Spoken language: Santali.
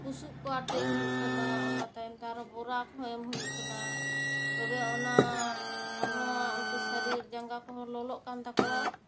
ᱵᱩᱥᱩᱵ ᱠᱚ ᱟᱴᱮᱫ ᱦᱩᱭᱩᱜ ᱠᱟᱱᱟ ᱚᱱᱟ ᱛᱟᱭᱚᱢ ᱛᱮ ᱟᱨᱚ ᱵᱚᱨᱟ ᱠᱚᱦᱚᱸ ᱮᱢ ᱦᱩᱭᱩᱜ ᱠᱟᱱᱟ ᱛᱚᱵᱮ ᱚᱱᱟ ᱦᱚᱲᱢᱚ ᱩᱱᱠᱩ ᱥᱚᱨᱤᱨ ᱡᱟᱸᱜᱟ ᱠᱚᱦᱚᱸ ᱞᱚᱞᱚᱜ ᱠᱟᱱ ᱛᱟᱠᱚᱣᱟ